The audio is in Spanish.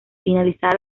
finalizada